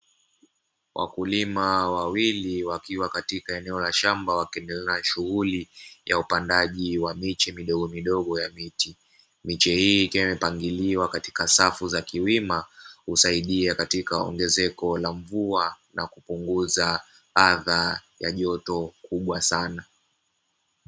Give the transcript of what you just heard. Wakulima wawili wakiwa katika eneo la shamba, wakiendelea na shughuli ya upandaji wa miche midogomidogo ya miti. Miche hii ikiwa imepangiliwa katika safu za kiwima, husaidia katika ongezeko la mvua na kupunguza adha ya joto kubwa sana,